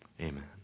amen